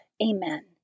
Amen